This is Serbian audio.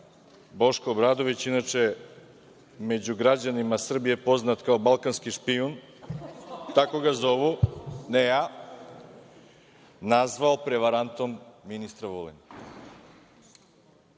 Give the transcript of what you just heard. Boško Obradović, inače među građanima Srbije poznat kao balkanski špijun, tako ga zovu, ne ja, nazvao prevarantom ministra Vulina.